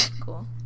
cool